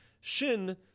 Shin